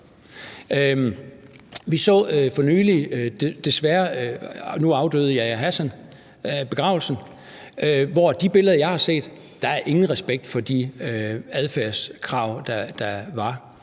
billeder af, desværre nu afdøde Yahya Hassans begravelse, hvor der på de billeder, jeg har set, ingen respekt er for de adfærdskrav, der var.